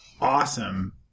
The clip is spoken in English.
awesome